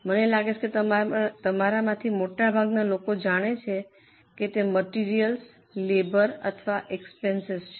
મને લાગે છે કે તમારામાંથી મોટા ભાગના લોકો જાણે છે કે તે માટેરીઅલ્સ લેબર અથવા એક્સપેન્સએસ છે